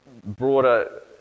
broader